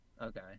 okay